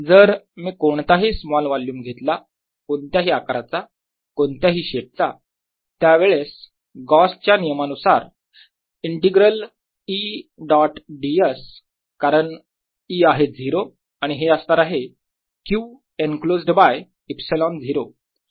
जर मी कोणताही स्मॉल वोल्युम घेतला कोणत्याही आकाराचा कोणत्याही शेपचा त्यावेळेस गॉस च्या नियमा Gausss law नुसार इंटिग्रल E डॉट ds कारण E आहे 0 आणि हे असणार आहे q एनक्लोज्ड बाय ε0